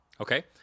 Okay